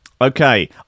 Okay